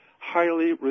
highly